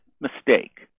mistake